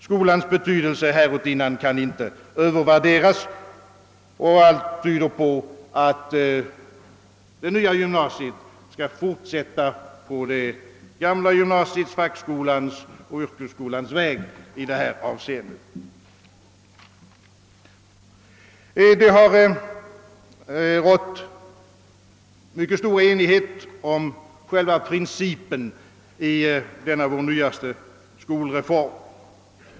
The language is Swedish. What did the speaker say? Skolans betydelse härutinnan kan inte övervärderas, och allt tyder på att det nya gymnasiet skall fortsätta på det gamla gymnasiets, fackskolans och yrkesskolans väg i detta avseende. Det har rått mycket stor enighet om själva principen i denna vår nyaste skolreform.